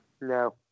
no